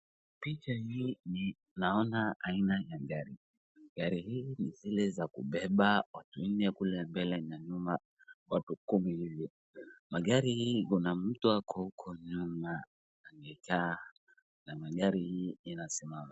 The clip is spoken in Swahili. Picha hii naona aina za gari. Gari hii ni zile za kubeba watu wanne kule mbele na nyuma watu kumi hivi. Magari hii kuna mtu ako huko nyuma amejaa na gari hii inasimama.